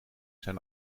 zijn